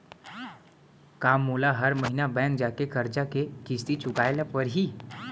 का मोला हर महीना बैंक जाके करजा के किस्ती चुकाए ल परहि?